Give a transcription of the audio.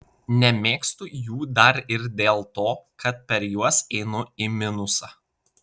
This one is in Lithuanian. nemėgstu jų dar ir dėl to kad per juos einu į minusą